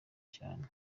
cyane